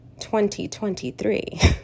2023